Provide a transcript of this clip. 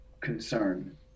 concern